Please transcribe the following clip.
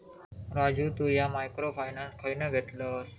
राजू तु ह्या micro finance खयना घेतलस?